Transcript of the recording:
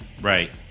right